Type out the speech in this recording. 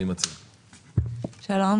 שלום.